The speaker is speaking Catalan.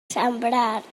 sembrats